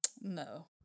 No